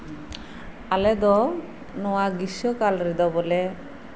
ᱟᱞᱮ ᱫᱚ ᱱᱚᱣᱟ ᱜᱤᱥᱥᱚ ᱠᱟᱞ ᱨᱮᱫᱚ ᱵᱚᱞᱮ